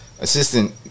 assistant